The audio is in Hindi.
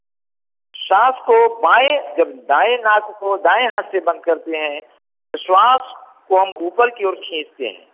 साँस को बाएँ जब दाएँ नाक को दाएँ हाथ से बंद करते हें तो श्वास को हम ऊपर की और खींचते हैं